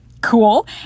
cool